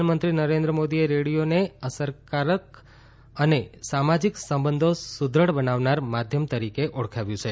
પ્રધાનમંત્રી નરેન્દ્ર મોદીએ રેડિયોને સકારાત્મક અસર કરનાર અને સામાજીક સંબંધો સુદૃઢ બનાવનાર માધ્યમ તરીકે ઓળખાવ્યું છે